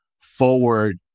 forward